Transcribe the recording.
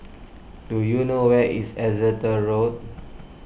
do you know where is Exeter Road